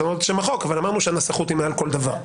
לשנות את שם החוק אבל אמרנו שהנסחות היא מעל כל דבר.